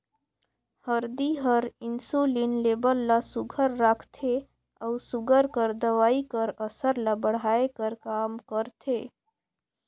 हरदी हर इंसुलिन लेबल ल सुग्घर राखथे अउ सूगर कर दवई कर असर ल बढ़ाए कर काम करथे